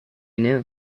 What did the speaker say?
knew